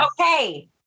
okay